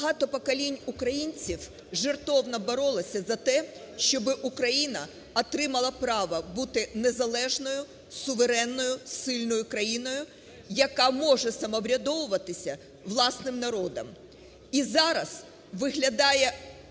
Багато поколінь українців жертовно боролися за те, щоб Україна отримала право бути незалежною, суверенною, сильною країною, яка може самоврядовуватися власним народом. І зараз виглядає